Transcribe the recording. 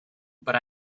but